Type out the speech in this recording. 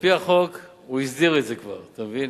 על-פי החוק הוא הסדיר את זה כבר, אתה מבין?